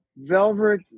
Velvet